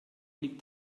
liegt